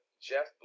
Jeff